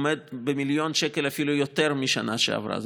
עומד במיליון שקל אפילו יותר מהשנה שעברה.